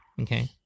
Okay